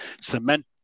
cement